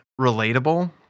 relatable